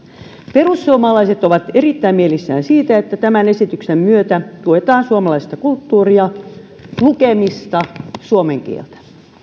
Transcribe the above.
perussuomalaiset ovat erittäin mielissään siitä että tämän esityksen myötä tuetaan suomalaista kulttuuria lukemista ja suomen kieltä